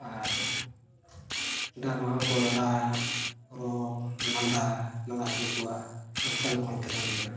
ᱟᱨ ᱰᱟᱨᱢᱟ ᱦᱚᱸ ᱚᱠᱚᱭ ᱨᱟ ᱨᱚᱲ ᱞᱟᱸᱫᱟ ᱞᱟᱸᱫᱟ ᱦᱚᱪᱚ ᱠᱚᱣᱟ ᱚᱱᱠᱟᱱ ᱠᱚ ᱦᱚᱸ ᱠᱷᱮᱞᱳᱰ ᱢᱮᱱᱟᱜᱼᱟ